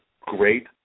great